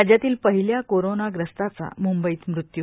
राज्यातील पहिल्या कोरोंनाग्रस्ताचा मुंबईत मृत्यू